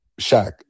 Shaq